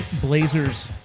blazers